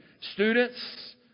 Students